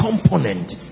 component